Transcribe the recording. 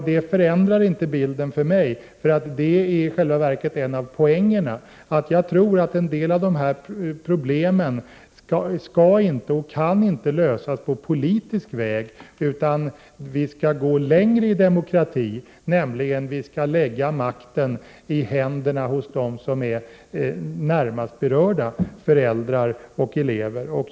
Det förändrar inte bilden för mig. I själva verket är en av poängerna att jag tror att en del av de här problemen inte skall och inte kan lösas på politisk väg. Vi skall gå längre i demokrati och lägga makten i händerna på dem som närmast är berörda — föräldrar och elever.